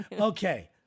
Okay